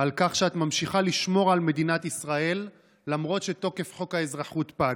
על כך שאת ממשיכה לשמור על מדינת ישראל למרות שתוקף חוק האזרחות פג.